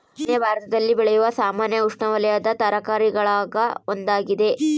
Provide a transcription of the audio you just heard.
ಬದನೆ ಭಾರತದಲ್ಲಿ ಬೆಳೆಯುವ ಸಾಮಾನ್ಯ ಉಷ್ಣವಲಯದ ತರಕಾರಿಗುಳಾಗ ಒಂದಾಗಿದೆ